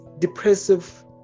depressive